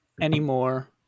anymore